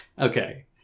Okay